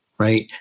right